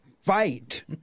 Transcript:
fight